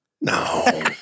No